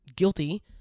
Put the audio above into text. guilty